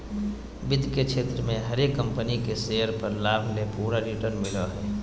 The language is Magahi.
वित्त के क्षेत्र मे हरेक कम्पनी के शेयर पर लाभ ले पूरा रिटर्न मिलो हय